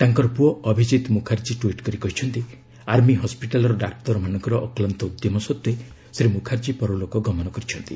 ତାଙ୍କର ପୁଅ ଅଭିଜିତ ମୁଖାର୍ଜୀ ଟ୍ୱିଟ୍ କରି କହିଛନ୍ତି ଆର୍ମୀ ହସ୍କିଟାଲ୍ର ଡାକ୍ତରମାନଙ୍କର ଅକ୍ଲାନ୍ତ ଉଦ୍ୟମ ସତ୍ୱେ ଶ୍ରୀ ମୁଖାର୍ଜୀ ପରଲୋକ ଗମନ କରିଛନ୍ତି